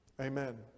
Amen